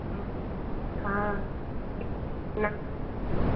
हाँ ना